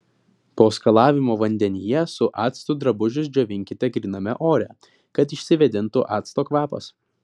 po skalavimo vandenyje su actu drabužius džiovinkite gryname ore kad išsivėdintų acto kvapas